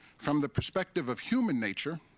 from the perspective of human nature,